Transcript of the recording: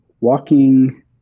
walking